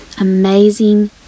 amazing